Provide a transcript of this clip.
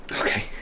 okay